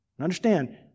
Understand